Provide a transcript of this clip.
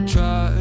Try